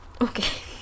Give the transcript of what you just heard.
Okay